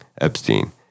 Epstein